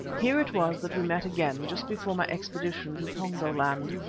here it was that we met again, just before my expedition to pongo-land.